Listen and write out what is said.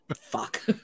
Fuck